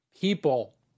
people